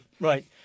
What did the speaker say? right